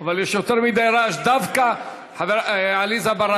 אבל יש יותר מדי רעש, דווקא, עליזה בראשי.